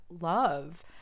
love